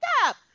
stop